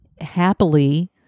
happily